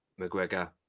McGregor